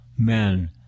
men